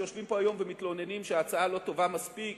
שיושבים פה היום ומתלוננים שההצעה לא טובה מספיק,